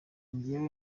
jyewe